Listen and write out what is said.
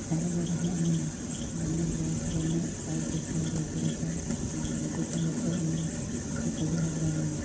ତାଙ୍କ ଦ୍ୱାରା ହିଁ ଆମେ ଅନ୍ୟ ଗ୍ରହ ଠାରୁ ଅନ୍ୟ ଆଉ ଏକ ଗ୍ରହର ଦୂରତା ଏବଂ ତା'ର ଉଚ୍ଚତା ମଧ୍ୟ ଆମେ ସଠିକ୍ ଭାବରେ ଆମେ